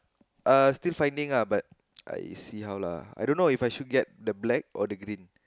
uh still finding lah but I see how lah I don't know if I should get the black or the green